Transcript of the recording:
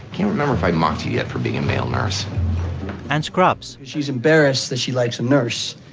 can't remember if i mocked you yet for being a male nurse and scrubs. she's embarrassed that she likes a nurse,